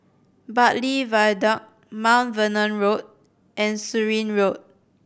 Bartley Viaduct Mount Vernon Road and Surin Road